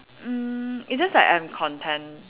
mm it's just like I'm content